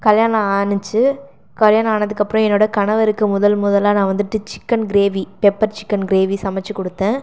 கல்யாணம் ஆணுச்சு கல்யாணம் ஆனதுக்கு அப்புறம் என்னோட கணவருக்கு முதல் முதலாக நான் வந்துவிட்டு chicken gravy pepper chicken gravy சமைத்துக் கொடுத்தேன்